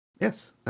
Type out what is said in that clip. yes